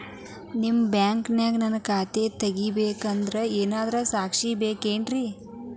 ನಿಮ್ಮ ಬ್ಯಾಂಕಿನ್ಯಾಗ ನನ್ನ ಖಾತೆ ತೆಗೆಯಾಕ್ ಯಾರಾದ್ರೂ ಸಾಕ್ಷಿ ಬೇಕೇನ್ರಿ?